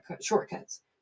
shortcuts